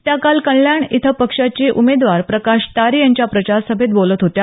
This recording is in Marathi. त्या काल कल्याण इथं पक्षाचे उमेदवार प्रकाश तारे यांच्या प्रचार सभेत बोलत होत्या